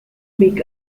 big